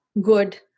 good